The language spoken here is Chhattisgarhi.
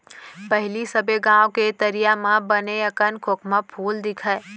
पहिली सबे गॉंव के तरिया म बने अकन खोखमा फूल दिखय